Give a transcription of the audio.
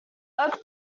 oak